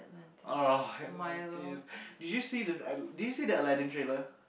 ugh Atlantis did you see the did you see the Aladdin trailer